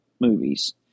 movies